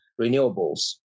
renewables